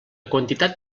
quantitat